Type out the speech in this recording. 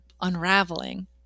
unraveling